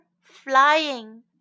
flying